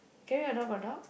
can we adopt a dog